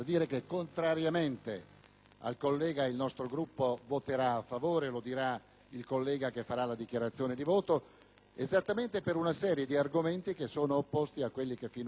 al collega, il nostro Gruppo voterà a favore, come dirà il collega che farà la dichiarazione di voto, per una serie di argomenti che sono opposti a quelli che finora abbiamo ascoltato.